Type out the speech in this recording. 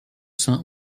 saints